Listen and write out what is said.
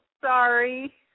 sorry